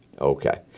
Okay